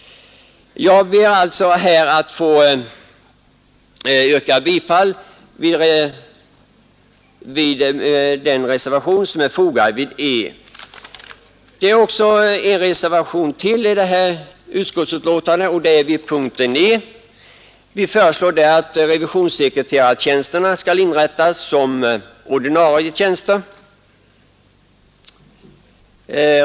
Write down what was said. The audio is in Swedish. Jag ber, herr talman, att få yrka bifall till reservationen under punkten A. I en reservation under punkten E föreslår vi att revisionssekreterartjänsterna skall inrättas som ordinarie tjänster.